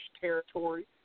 territory